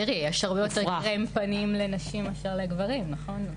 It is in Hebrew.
יש הרבה יותר קרם פנים לנשים מאשר לגברים, נכון?